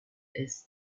ist